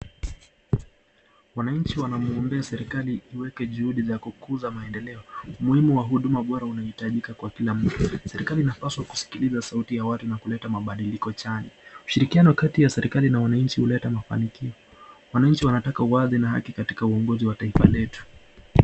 Wananchi wanamuombea serikali iweke juhudi za kukuza maendeleo umuhimu wa huduma bora unahitajika kwa kila mtu. Serikali inapaswa kusikiliza sauti ya watu na kuleta mabadiliko chanya, ushirikiano kati ya serikali na wananchi huleta mafanikio wananchi wanataka uwazi na haki katika uongozi wa taifa letu.